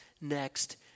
next